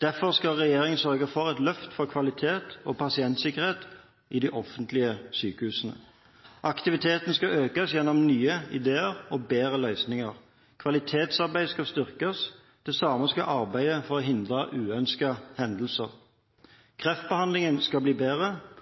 Derfor skal regjeringen sørge for et løft for kvalitet og pasientsikkerhet i de offentlige sykehusene. Aktiviteten skal økes gjennom nye ideer og bedre løsninger. Kvalitetsarbeidet skal styrkes. Det samme skal arbeidet for å hindre uønskede hendelser.